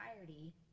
entirety